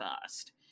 fast